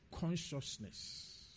consciousness